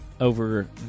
over